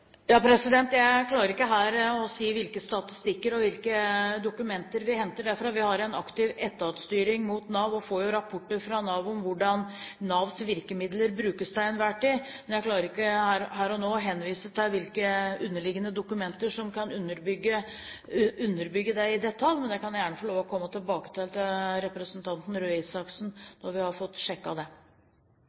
Jeg kan ikke her si hvilke statistikker og hvilke dokumenter vi henter dette fra. Vi har en aktiv etatstyring mot Nav, og vi får jo rapporter fra Nav om hvordan Navs virkemidler brukes til enhver tid. Jeg klarer ikke her og nå å henvise til hvilke underliggende dokumenter som kan underbygge det i detalj, men jeg kan gjerne komme tilbake til representanten Røe Isaksen når vi har fått sjekket det.